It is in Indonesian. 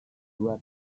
dua